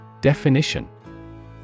Definition